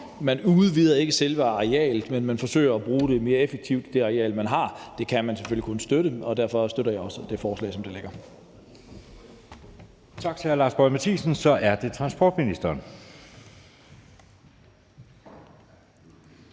Man udvider ikke selve arealet, men man forsøger at bruge det areal, man har, mere effektivt. Det kan man selvfølgelig kun støtte, og derfor støtter jeg også lovforslaget, som det ligger